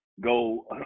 go